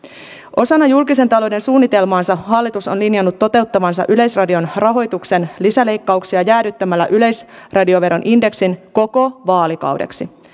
osana julkisen talouden suunnitelmaansa hallitus on linjannut toteuttavansa yleisradion rahoituksen lisäleikkauksia jäädyttämällä yleisradioveron indeksin koko vaalikaudeksi